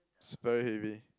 it's very heavy